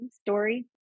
story